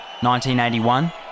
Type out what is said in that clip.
1981